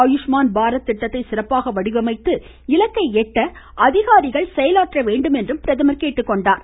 ஆயுஷ்மான் பாரத் திட்டத்தை சிறப்பாக வடிவமைத்து இலக்கை எட்ட அதிகாரிகள் செயலாற்ற வேண்டும் என்று பிரதமர் கேட்டுக்கொண்டார்